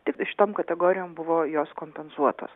tik šitom kategorijom buvo jos kompensuotos